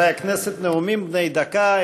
חברי הכנסת, נאומים בני דקה.